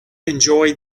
enjoyed